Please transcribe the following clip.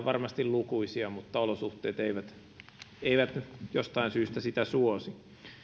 varmasti lukuisia mutta olosuhteet eivät eivät jostain syystä sitä suosi